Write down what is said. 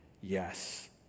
yes